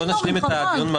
אדוני בוא נשלים את הדיון,